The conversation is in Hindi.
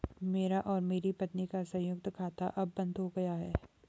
मेरा और मेरी पत्नी का संयुक्त खाता अब बंद हो गया है